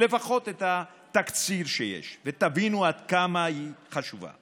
לפחות את התקציר שיש, ותבינו עד כמה היא חשובה.